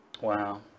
Wow